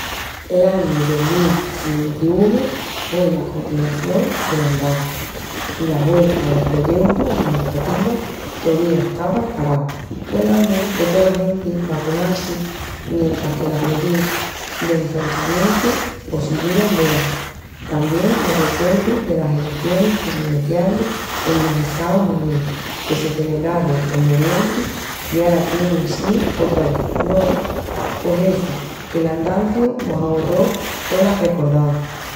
L'añu dos mil i ventiunu hue la continación del andanciu i la huerça los proyeutus i eniciativas tovía estavan paraus. Hue'l añu de tola genti vacunal-si mentris que las medías d'ençonchamientu pos siguían velaí. Tamién me recuerdu delas elecionis presidencialis enos Estaus Uníus, que se celebrarun en noviembri i ara tienin síu otra vés, no es? Pos essu, qu'el andanciu mos aborró tolas recordanças.